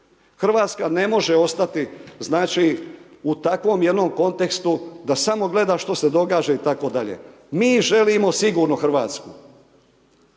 Hrvatska ne može ostati, znači u takvom jednom kontekstu, da samo gleda što se događa itd. Mi želimo sigurnu Hrvatsku.